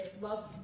love